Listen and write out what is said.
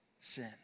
sin